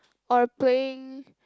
or playing